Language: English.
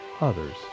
others